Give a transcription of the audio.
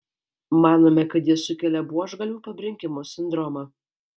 manome kad jie sukelia buožgalvių pabrinkimo sindromą